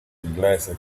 inglese